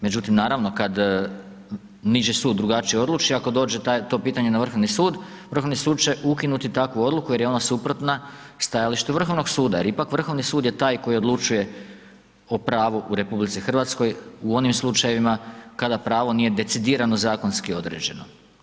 Međutim, naravno, kada niži sud drugačije odluči, ako dođe to pitanje na Vrhovni sud, Vrhovni sud će ukinuti takvu odluku, jer je on suprotna stajališta Vrhovnog suda, jer ipak Vrhovni sud je taj koji odlučuje o pravu u RH, u onim slučajevima, kada pravo nije decidirano zakonski određeno.